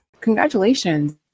Congratulations